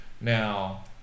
Now